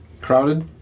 crowded